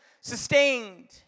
sustained